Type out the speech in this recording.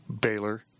Baylor